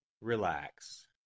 Relax